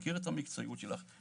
מכיר את המקצועיות שלך.